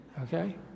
Okay